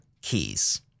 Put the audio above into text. keys